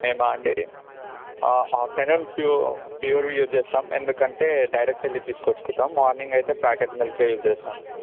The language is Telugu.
మేమా అండి ఆ ఆఫ్టర్నూన్ ప్యూర్ ప్యూర్వి యూజ్ చేస్తాం ఎందుకంటే డైరెక్ట్ వెళ్ళి తీసుకొచ్చుకుంటాం మార్నింగ్ అయితే ప్యాకెట్ మిల్కే యూజ్ చేస్తామండి